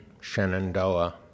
Shenandoah